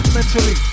mentally